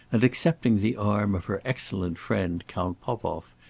and, accepting the arm of her excellent friend count popoff,